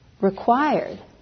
required